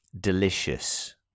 delicious